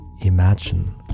Imagine